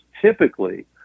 typically